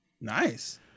Nice